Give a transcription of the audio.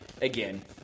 again